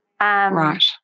right